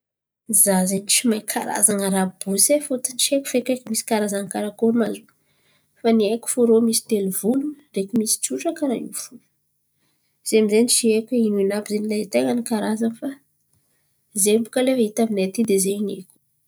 Za zen̈y tsy mahay karazan̈a rabosy e fôtiny tsy haiko zen̈y fek hoe misy karazan̈y Karakory ma zo fa ny haiko fo ze rô misy telo-volo ndraiky tsotra karà io fo. Zen̈y amizay tsy haiko hoe inoino àby zen̈y lay tain̈a ny karazan̈y fa zen̈y baka lay hita aminay aty de ze haiko.